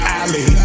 alley